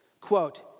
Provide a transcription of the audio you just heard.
quote